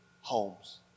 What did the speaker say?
homes